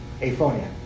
aphonia